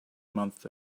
months